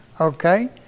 Okay